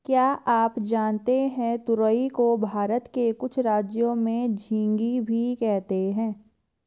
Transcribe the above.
क्या आप जानते है तुरई को भारत के कुछ राज्यों में झिंग्गी भी कहते है?